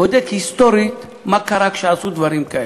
בודק היסטורית מה קרה כשעשו דברים כאלה.